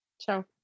Ciao